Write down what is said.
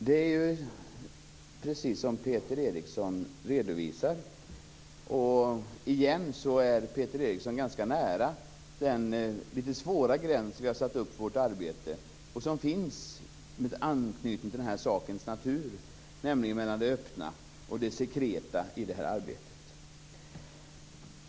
Herr talman! Det är precis som Peter Eriksson redovisar. Återigen är Peter Eriksson nära den svåra gräns som vi har satt upp för vårt arbete och ligger i sakens natur, nämligen det öppna och det sekreta.